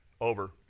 Over